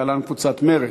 להלן: קבוצת סיעת מרצ,